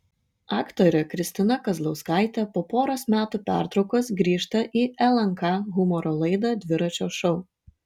aktorė kristina kazlauskaitė po poros metų pertraukos grįžta į lnk humoro laidą dviračio šou